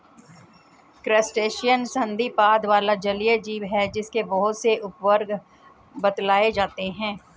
crustacean संधिपाद वाला जलीय जीव है जिसके बहुत से उपवर्ग बतलाए जाते हैं